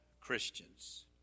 Christians